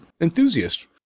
enthusiast